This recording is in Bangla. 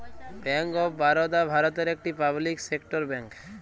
ব্যাঙ্ক অফ বারদা ভারতের একটি পাবলিক সেক্টর ব্যাঙ্ক